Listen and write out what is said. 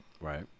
Right